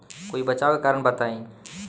कोई बचाव के कारण बताई?